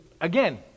Again